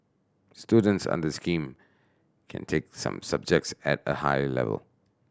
students under scheme can take some subjects at a higher level